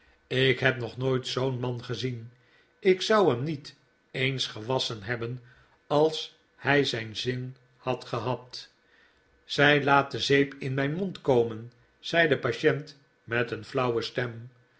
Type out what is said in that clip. ik heb nog nooit zoo'n man gezien ik zou hem niet eens gewasschen hebben als hij zijn zin had gehad zij laat de zeep in mijn mond komen zei de patient met een flauwe stem